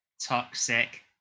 toxic